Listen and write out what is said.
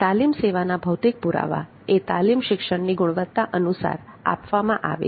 તાલીમ સેવાના ભૌતિક પુરાવા એ તાલીમ શિક્ષણની ગુણવત્તા અનુસાર આપવામાં આવે છે